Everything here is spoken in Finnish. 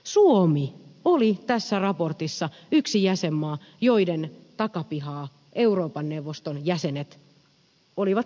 suomi oli tässä raportissa yksi jäsenmaa jonka takapihaa euroopan neuvoston jäsenet olivat siivoamassa